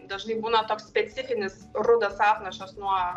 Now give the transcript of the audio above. dažnai būna toks specifinis rudas apnašas nuo